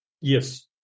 Yes